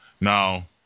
Now